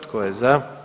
Tko je za?